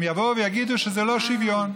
הם יבואו ויגידו שזה לא שוויון.